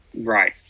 Right